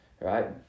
right